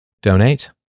donate